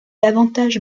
davantage